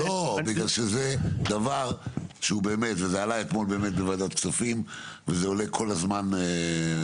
זה עלה אתמול באמת בוועדת כספים וזה עולה כל הזמן.